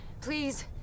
Please